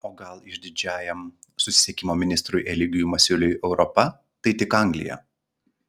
o gal išdidžiajam susisiekimo ministrui eligijui masiuliui europa tai tik anglija